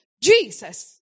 Jesus